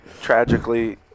tragically